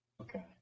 Okay